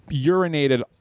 urinated